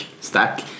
stack